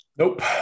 Nope